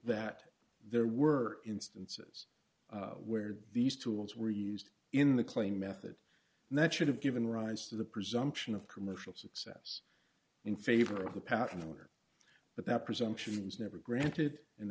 that there were instances where these tools were used in the claim method and that should have given rise to the presumption of commercial success in favor of the patent lawyer but that presumptions never granted and